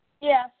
Yes